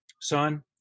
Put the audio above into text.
son